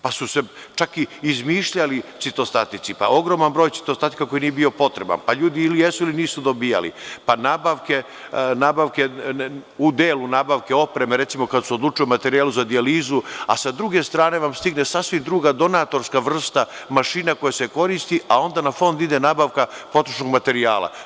Čak su se izmišljali citostatici, pa ogroman broj citostatika koji nije bio potreban, pa ljudi ili jesu ili nisu dobijali, pa u delu nabavke opreme, recimo kada se odlučuje o materijalu za dijalizu, a sa druge strane vam stigne sasvim druga donatorska vrsta mašina koja se koristi, a onda na fond ide nabavka potrošnog materijala.